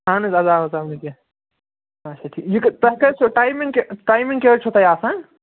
اَہن حظ عزاب وزاب نہٕ کیٚنٛہہ آچھا ٹھیٖک یہِ کٔہ تۄہہِ کٔژ چھو ٹایمِنٛگ کہِ ٹایمِنٛگ کیٛاہ حظ چھو تۄہہِ آسان